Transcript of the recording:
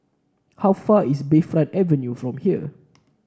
how far is Bayfront Avenue from here